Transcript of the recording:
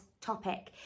topic